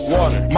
Water